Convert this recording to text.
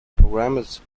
programmers